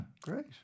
great